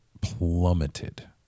plummeted